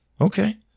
okay